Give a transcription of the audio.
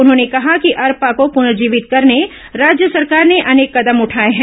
उन्होंने कहा कि अरपा को पुनर्जीवित करने राज्य सरकार ने अनेक कॅदम उठाए हैं